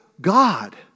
God